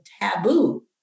taboo